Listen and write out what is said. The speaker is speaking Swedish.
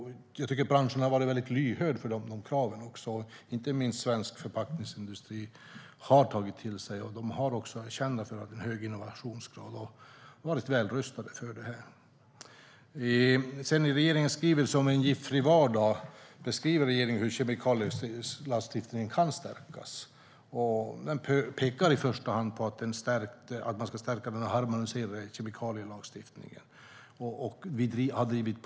Jag tycker att branschen har varit lyhörd inför de kraven. Inte minst svensk förpackningsindustri har tagit det till sig och är kända för att ha hög innovationsgrad. Man har varit väl rustade för det här. I regeringens skrivelse om en giftfri vardag beskriver vi hur kemikalielagstiftningen kan stärkas. Vi pekar i första hand på att den harmoniserade kemikalielagstiftningen ska stärkas.